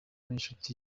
n’inshuti